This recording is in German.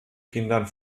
kindern